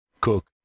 cook